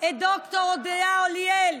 את ד"ר הודיה אוליאל,